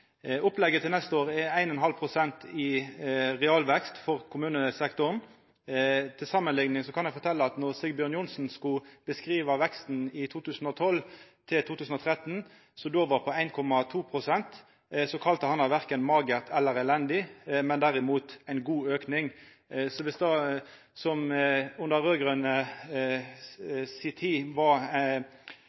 Opplegget for neste år har ein realvekst på 1,5 pst. i kommunesektoren. Til samanlikning kan eg fortelja at då Sigbjørn Johnsen skulle beskriva veksten frå 2012 til 2013, som då var på 1,2 pst., kalla han det verken magert eller elendig, men derimot ein god auke. Viss dette i dei raud-grøne si tid, då ein hadde ein mindre realvekst enn den me legg på bordet no, var